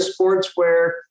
Sportswear